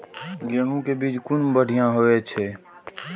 गैहू कै बीज कुन बढ़िया होय छै?